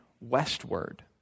westward